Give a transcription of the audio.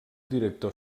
director